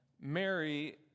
Mary